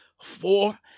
Four